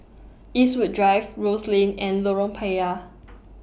Eastwood Drive Rose Lane and Lorong Payah